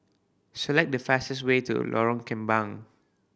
select the fastest way to Lorong Kembang